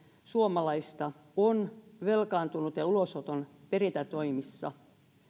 suomalaista on velkaantunut ja ulosoton perintätoimissa